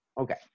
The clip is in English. Okay